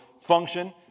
function